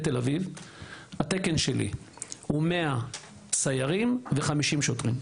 בתל אביב התקן שלי הוא 100 סיירים ו-50 שוטרים.